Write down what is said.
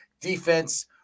defense